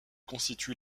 constitue